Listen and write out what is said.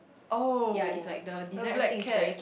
oh the black cat